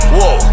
Whoa